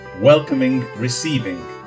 welcoming-receiving